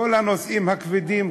כל הנושאים הכבדים,